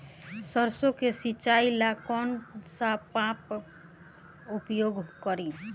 सरसो के सिंचाई ला कौन सा पंप उपयोग करी?